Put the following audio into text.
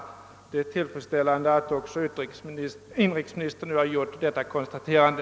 Det är tillfredsställande att också inrikesministern nu har gjort detta konstaterande.